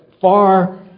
far